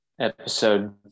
episode